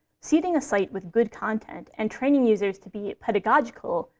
seeding a site with good content and training users to be pedagogical,